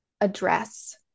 address